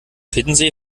hiddensee